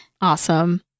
Awesome